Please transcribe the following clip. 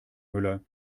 müller